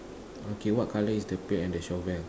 okay what colour is the pail and the shovel